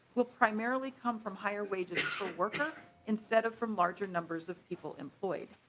well primarily come from higher wages for workers instead of from larger numbers of people employed.